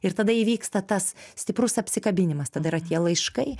ir tada įvyksta tas stiprus apsikabinimas tada yra tie laiškai